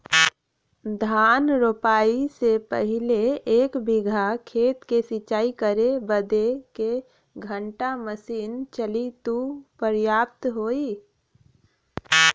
धान रोपाई से पहिले एक बिघा खेत के सिंचाई करे बदे क घंटा मशीन चली तू पर्याप्त होई?